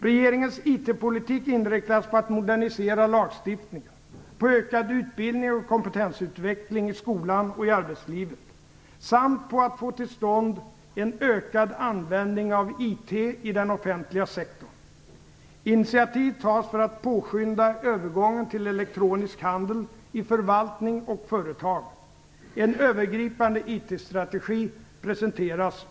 Regeringens IT-politik inriktas på att modernisera lagstiftningen, på ökad utbildning och kompetensutveckling i skolan och i arbetslivet samt på att få till stånd en ökad användning av IT i den offentliga sektorn. Initiativ tas för att påskynda övergången till elektronisk handel i förvaltning och företag.